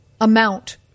amount